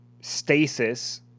Stasis